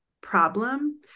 problem